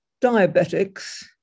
Diabetics